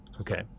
Okay